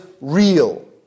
real